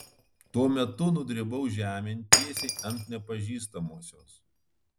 tuo metu nudribau žemėn tiesiai ant nepažįstamosios